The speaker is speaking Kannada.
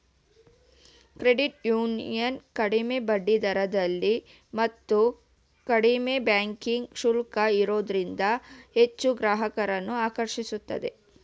ಕ್ರೆಡಿಟ್ ಯೂನಿಯನ್ ಕಡಿಮೆ ಬಡ್ಡಿದರದಲ್ಲಿ ಮತ್ತು ಕಡಿಮೆ ಬ್ಯಾಂಕಿಂಗ್ ಶುಲ್ಕ ಇರೋದ್ರಿಂದ ಹೆಚ್ಚು ಗ್ರಾಹಕರನ್ನು ಆಕರ್ಷಿಸುತ್ತಿದೆ